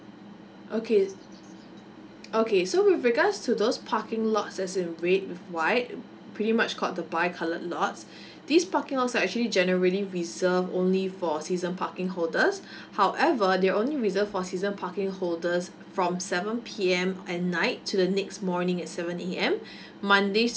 okay okay so with regards to those parking lots as in red with white pretty much called the bi colored lots this parking lots are actually generally reserved only for season parking holders however they're only reserved for season parking holders from seven P_M at night to the next morning at seven A_M mondays